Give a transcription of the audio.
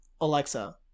Alexa